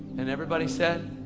and everybody said,